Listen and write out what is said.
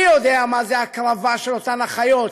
אני יודע מה זאת הקרבה של אותן אחיות.